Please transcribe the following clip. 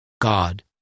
God